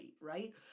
right